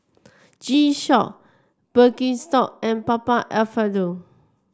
G Shock Birkenstock and Papa Alfredo